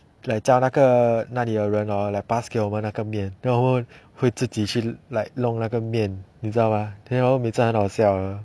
like 叫那个那里的人 hor like pass 给我们那个面然后会自己去 like 弄那个面你知道 mah then hor 每次都很笑的